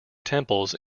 temples